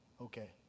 Okay